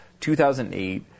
2008